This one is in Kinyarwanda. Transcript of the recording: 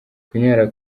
kunyara